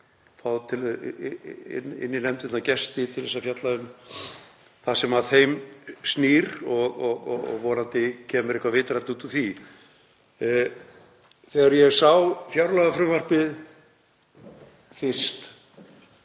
fá inn í nefndirnar gesti til að fjalla um það sem að þeim snýr og vonandi kemur eitthvað vitrænt út úr því. Þegar ég sá fjárlagafrumvarpið fyrst